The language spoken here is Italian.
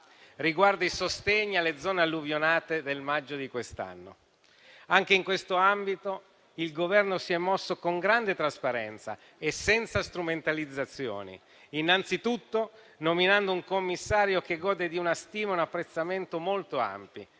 riguarda i sostegni alle zone alluvionate del maggio di quest'anno. Anche in questo ambito il Governo si è mosso con grande trasparenza e senza strumentalizzazioni, innanzitutto nominando un commissario che gode di una stima e di un apprezzamento molto ampi,